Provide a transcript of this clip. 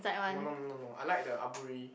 no no no no I like the aburi